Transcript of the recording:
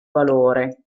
valore